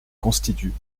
constituent